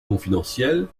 confidentielle